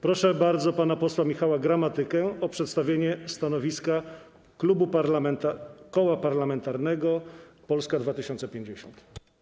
Proszę bardzo pana posła Michała Gramatykę o przedstawienie stanowiska Koła Parlamentarnego Polska 2050.